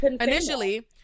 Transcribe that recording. initially